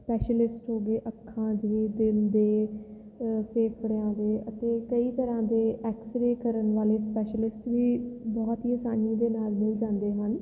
specialist ਹੋ ਗਏ ਅੱਖਾਂ ਦੇ ਦਿਲ ਦੇ ਫੇਫੜਿਆਂ ਦੇ ਅਤੇ ਕਈ ਤਰ੍ਹਾਂ ਦੇ ਐਕਸਰੇ ਕਰਨ ਵਾਲੇ ਸਪੈਸ਼ਲਿਸਟ ਵੀ ਬਹੁਤ ਹੀ ਆਸਾਨੀ ਦੇ ਨਾਲ ਮਿਲ ਜਾਂਦੇ ਹਨ